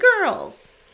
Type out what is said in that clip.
girls